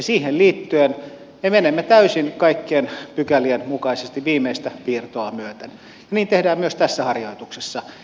siihen liittyen me menemme täysin kaikkien pykälien mukaisesti viimeistä piirtoa myöten ja niin tehdään myös tässä harjoituksessa